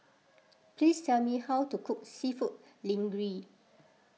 please tell me how to cook Seafood Linguine